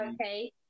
Okay